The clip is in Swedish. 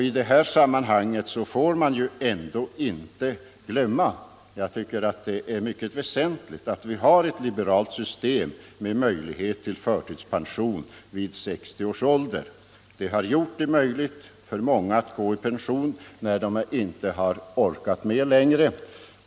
I detta sammanhang får man ändå inte glömma — jag tycker det är mycket väsentligt — att vi har ett liberalt system med möjlighet till förtidspension vid 60 års ålder. Detta har gjort det möjligt för många att gå i pension när de inte har orkat med arbetet längre.